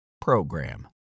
PROGRAM